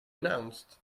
announced